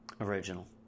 Original